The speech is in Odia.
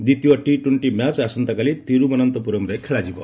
ଦ୍ୱିତୀୟ ଟି ଟ୍ୱେଷ୍ଟି ମ୍ୟାଚ୍ ଆସନ୍ତାକାଲି ତିରୁବନନ୍ତପୁରମ୍ରେ ଖେଳାଯିବ